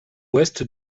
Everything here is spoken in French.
ouest